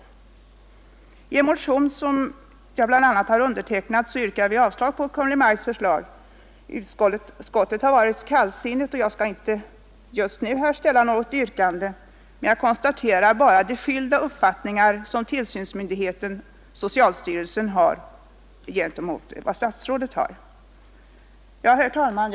I motionen 1018, som jag har varit med om att underteckna, yrkar vi avslag på Kungl. Maj:ts förslag om indragning av vissa utskrivningsavdelningar vid ungdomsvårdsskolor. Utskottet har varit kallsinnigt till motionen, och jag skall inte nu framställa något yrkande. Jag konstaterar bara de skilda uppfattningar som tillsynsmyndigheten socialstyrelsen och statsrådet har. Herr talman!